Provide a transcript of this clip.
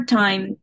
time